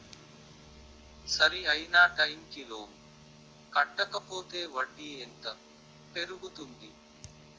సరి అయినా టైం కి లోన్ కట్టకపోతే వడ్డీ ఎంత పెరుగుతుంది?